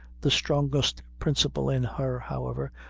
the strongest principle in her, however,